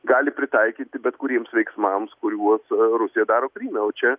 gali pritaikyti bet kuriems veiksmams kuriuos rusija daro kryme o čia